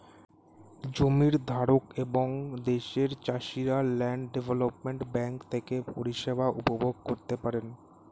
জমির ধারক এবং দেশের চাষিরা ল্যান্ড ডেভেলপমেন্ট ব্যাঙ্ক থেকে পরিষেবা উপভোগ করতে পারেন